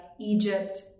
Egypt